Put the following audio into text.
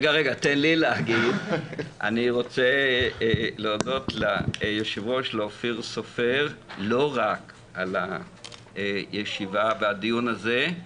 אני רוצה להודות ליו"ר אופיר סופר לא רק על הישיבה והדיון הזה,